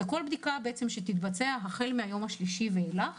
כל בדיקה שתתבצע החל מהיום השלישי ואילך